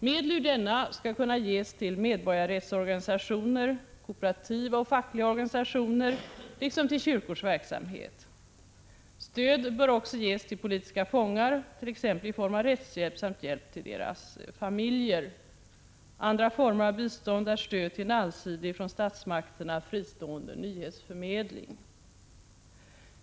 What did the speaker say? Medel ur denna skall kunna ges till medborgarrättsorganisationer, till kooperativa och fackliga organisationer liksom till kyrkors verksamhet. Stöd bör också ges till politiska fångar, t.ex. i form av rättshjälp samt hjälp till deras familjer. Andra former av bistånd är stöd till en allsidig, från statsmakterna fristående, nyhetsförmedling.